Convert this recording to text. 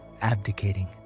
abdicating